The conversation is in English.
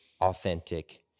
authentic